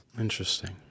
Interesting